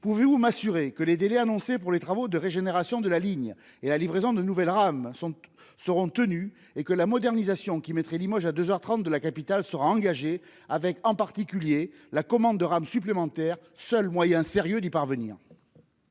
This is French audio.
Pouvez-vous m'assurer que les délais annoncés pour les travaux de régénération de la ligne et la livraison des nouvelles rames seront tenus et que la modernisation qui mettrait Limoges à deux heures trente de la capitale sera engagée, avec en particulier la commande de rames supplémentaires, seul moyen sérieux d'y parvenir ?